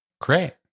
Great